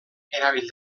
erabil